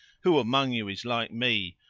who among you is like me?